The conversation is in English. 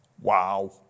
Wow